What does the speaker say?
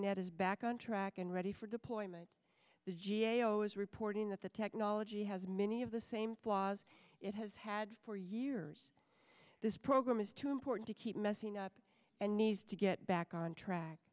net is back on track and ready for deployment the g a o is reporting that the technology has many of the same flaws it has had for years this program is too important to keep messing up and needs to get back on track